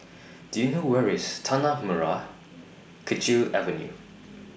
Do YOU know Where IS Tanah Merah Kechil Avenue